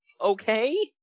okay